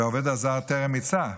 והעובד הזר טרם מיצה,